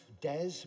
Des